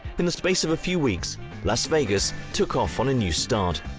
in the space of a few weeks las vegas took off on a new start.